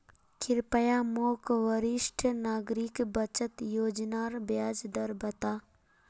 कृप्या मोक वरिष्ठ नागरिक बचत योज्नार ब्याज दर बता